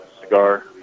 cigar